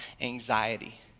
anxiety